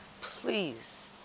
please